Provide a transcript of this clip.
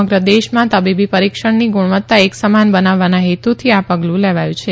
સમગ્ર દેશમાં તબીબી પરીક્ષણની ગુણવત્તા એક સમાન બનાવવાના હેતુથી આ પગલું લેવાયું છે